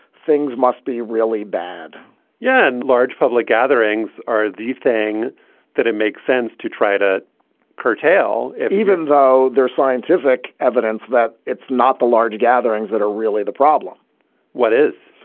things must be really bad yeah, in large public gatherings are the thing that it makes sense to try to curtail it, even though there's scientific evidence that it's not the large gatherings that are really the problem what is